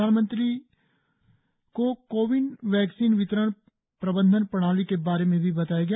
प्रधानमंत्री को CoWIN vaccine वितरण प्रबंधन प्रणाली के बारे में भी बताया गया